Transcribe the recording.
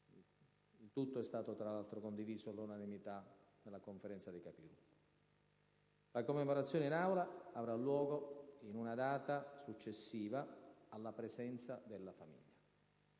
che è stata condivisa all'unanimità dalla Conferenza dei Capigruppo). La commemorazione in Aula avrà luogo in una data successiva, alla presenza della famiglia.